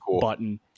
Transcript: button